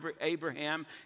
Abraham